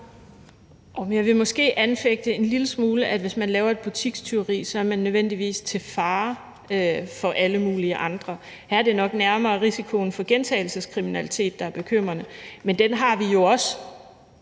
Jeg vil måske anfægte en lille smule, at man, hvis man laver et butikstyveri, nødvendigvis er til fare for alle mulige andre. Her er det nok nærmere risikoen for gentagelseskriminalitet, der er bekymrende, men den har vi jo også